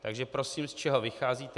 Takže prosím, z čeho vycházíte?